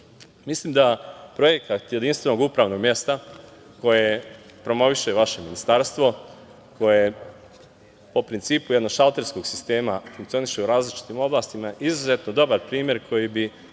Mislim da projekat jedinstvenog upravnog mesta koje promoviše vaše ministarstvo koje po principu jednog šalterskog sistema funkcioniše u oblastima izuzetno dobar primer koji bi